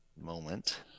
moment